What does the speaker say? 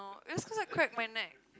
that's because I crack my neck